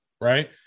right